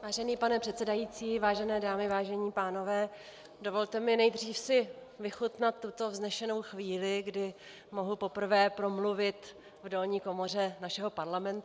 Vážený pane předsedající, vážené dámy, vážení pánové, dovolte mi nejdřív si vychutnat tuto vznešenou chvíli, kdy mohu poprvé promluvit v dolní komoře našeho Parlamentu.